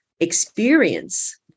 experience